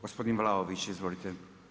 Gospodin Vlaović, izvolite.